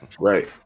right